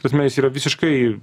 ta prasme jis yra visiškai